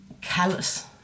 callous